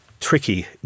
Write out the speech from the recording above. tricky